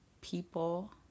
people